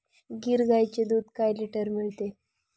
गीर गाईचे दूध काय लिटर मिळते?